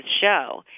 show